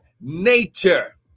nature